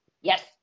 Yes